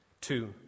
Two